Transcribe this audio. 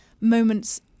moments